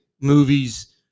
movies